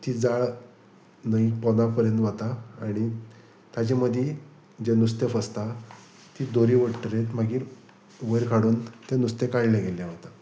ती जाळ न्हंय पोना पर्यंत वता आनी ताजे मदीं जे नुस्तें फसता ती दोरी ओडटकच मागीर वयर काडून तें नुस्तें काडलें गेल्ले वता